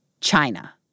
China